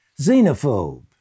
Xenophobe